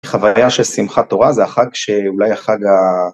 חוויה של שמחת תורה, זה החג שאולי החג ה...